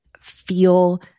feel